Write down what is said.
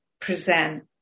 present